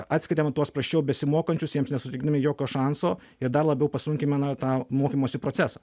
atskiriam tuos prasčiau besimokančius jiems nesuteikdami jokio šanso ir dar labiau pasunkimena tą mokymosi procesą